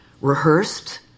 rehearsed